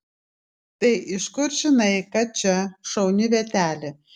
tai iš kur žinai kad čia šauni vietelė